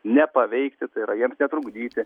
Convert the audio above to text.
nepaveikti tai yra jiems netrukdyti